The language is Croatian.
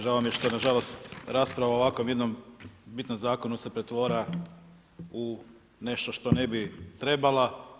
Žao mi je što na žalost rasprava o ovakvom jednom bitnom zakonu se pretvara u nešto što ne bi trebala.